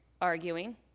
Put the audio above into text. arguing